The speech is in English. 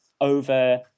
over